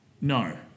No